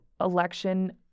election